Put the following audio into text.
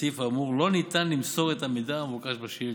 לסעיף האמור לא ניתן למסור את המידע המבוקש בשאילתה.